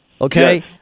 okay